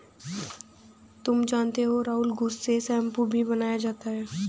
तुम जानते हो राहुल घुस से शैंपू भी बनाया जाता हैं